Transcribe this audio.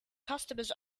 customers